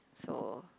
so